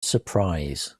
surprise